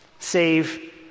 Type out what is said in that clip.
save